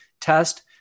test